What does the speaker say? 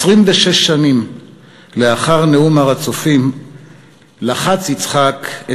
26 שנים לאחר נאום הר-הצופים לחץ יצחק את